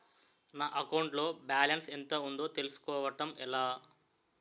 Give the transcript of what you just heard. నా అకౌంట్ లో బాలన్స్ ఎంత ఉందో తెలుసుకోవటం ఎలా?